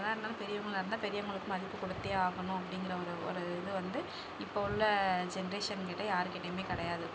என்னதான் இருந்தாலும் பெரியவங்களாக இருந்தால் பெரியவங்களுக்கு மதிப்பு கொடுத்தே ஆகணும் அப்படிங்கற ஒரு ஒரு இது வந்து இப்போ உள்ள ஜென்ரேஷன்கிட்டே யாருகிட்டேயுமே கிடையாது